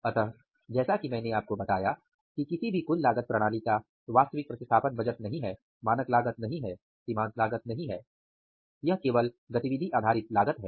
इसलिए जैसा कि मैंने आपको बताया कि किसी भी कुल लागत प्रणाली का वास्तविक प्रतिस्थापन बजट नहीं है मानक लागत नहीं है सीमांत लागत नहीं है यह केवल गतिविधि आधारित लागत है